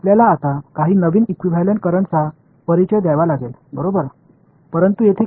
நாம் இப்போது சில புதிய இகுவெளன்ட் கரண்ட் அறிமுகப்படுத்த வேண்டும் ஆனால் இங்கே விலை என்ன